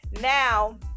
Now